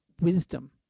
wisdom